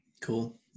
Cool